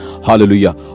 Hallelujah